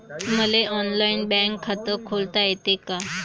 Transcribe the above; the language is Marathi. मले ऑनलाईन बँक खात खोलता येते का?